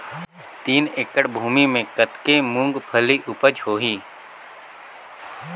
तीन एकड़ भूमि मे कतेक मुंगफली उपज होही?